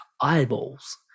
eyeballs